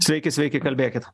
sveiki sveiki kalbėkit